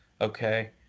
Okay